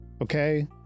okay